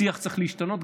השיח צריך להשתנות.